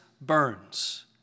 burns